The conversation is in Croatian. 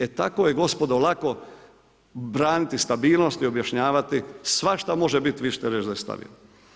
E tako je gospodo, lako braniti stabilnost i objašnjavati, svašta može biti, vi čete reći da je stavio.